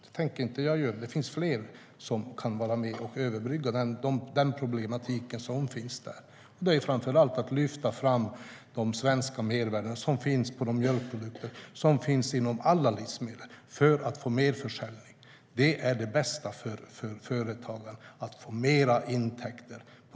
Det tänker jag inte göra. Det finns fler som kan vara med och överbrygga den problematik som finns. Det gäller att framför allt lyfta fram de svenska mervärden som finns i mjölkprodukterna, som finns inom alla livsmedel, för att få mer försäljning. Det bästa för företagare är att få mer intäkter.